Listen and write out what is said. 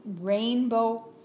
rainbow